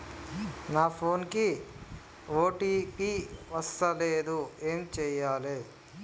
నా ఫోన్ కి ఓ.టీ.పి వస్తలేదు ఏం చేయాలే?